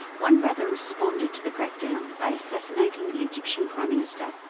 one brother responded to the crackdown by assassinating the egyptian prime minister,